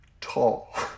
Tall